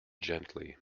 gently